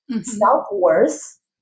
self-worth